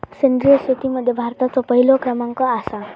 सेंद्रिय शेतीमध्ये भारताचो पहिलो क्रमांक आसा